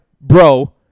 bro